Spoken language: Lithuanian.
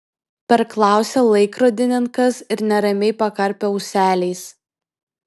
perklausė laikrodininkas ir neramiai pakarpė ūseliais